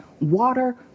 water